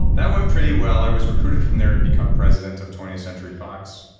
that went pretty well. i was recruited from there to become president of twentieth century fox.